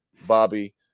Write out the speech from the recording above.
Bobby